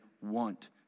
want